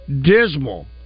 dismal